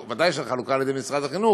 ודאי שזו חלוקה על ידי משרד החינוך,